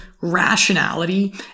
rationality